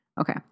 Okay